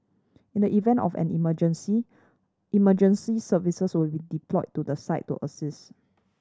in the event of an emergency emergency services will be deployed to the site to assist